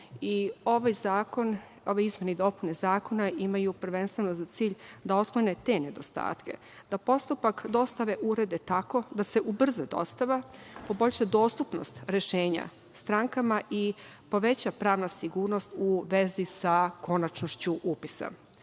I ove izmene i dopune zakona imaju prvenstveno za cilj da otklone te nedostatke, da postupak dostave urede tako da se ubrza dostava, poboljša dostupnost rešenja strankama i poveća pravna sigurnost u vezi sa konačnošću